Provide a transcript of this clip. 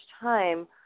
time